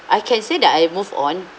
I can say that I move on